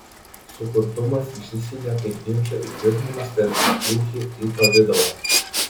sukurtumas išsiskleidė kaip ginčo įtvirtinimas per įtrūkį į pavidalą